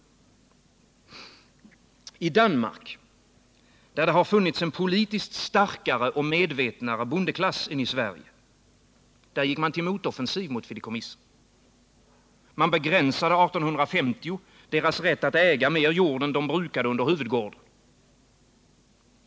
I Danmark där det har funnits en politiskt starkare och medvetnare bondeklass än i Sverige gick man till motoffensiv mot fideikommissen. Man begränsade 1850 deras rätt att äga mer jord än de brukade under huvudgården.